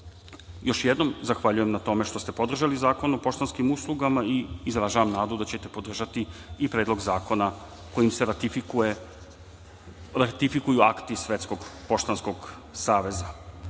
jednom zahvaljujem na tome što ste podržali Zakon o poštanskim uslugama i izražavam nadu da ćete podržati i Predlog zakona kojim se ratifikuju akti Svetskog poštanskog saveza. Kada